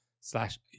slash